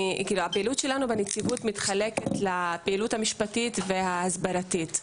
הפעילות שלנו בנציבות מתחלקת לפעילות המשפטית וההסברתית.